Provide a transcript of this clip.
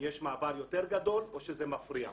יש עבר יותר גדול או שזה מפריע.